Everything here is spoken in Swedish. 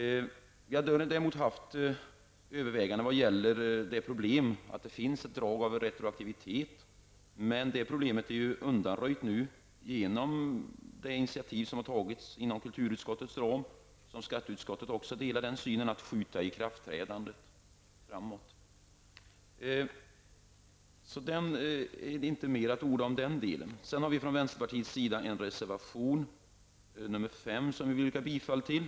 Vi har däremot haft betänkligheter när det gäller problemet att det finns ett drag av retroaktivitet i förslaget, men det problemet är nu undanröjt genom det initiativ som har tagits inom kulturutskottets ram -- skatteutskottet delar den uppfattningen -- att skjuta fram ikraftträdandet. Det är inte mer att säga om den delen. Från vänsterpartiets sida har vi avgivit en reservation, nr 5, som vi yrkar bifall till.